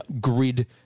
grid